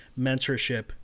mentorship